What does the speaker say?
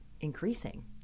increasing